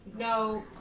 No